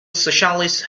socialist